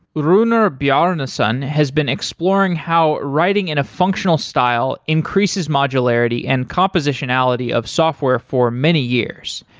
runar ah bjarnason has been exploring how writing in a functional style increases modularity and compositionality of software for many years.